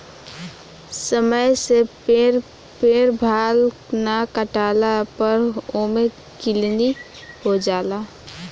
समय से भेड़ बाल ना काटला पर ओमे किलनी हो जाला